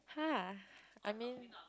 !huh! I mean